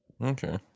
Okay